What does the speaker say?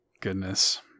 goodness